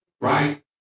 Right